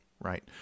right